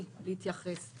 תודה רבה,